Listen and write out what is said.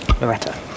Loretta